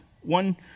one